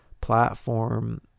platform